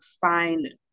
find